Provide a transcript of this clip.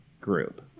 group